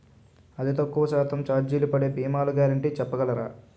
అతి తక్కువ శాతం ఛార్జీలు పడే భీమాలు గ్యారంటీ చెప్పగలరా?